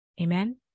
Amen